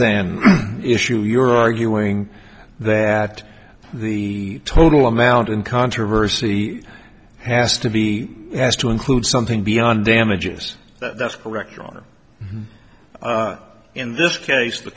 then issue you're arguing that the total amount in controversy has to be asked to include something beyond damages that's correct your honor in this case the